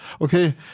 Okay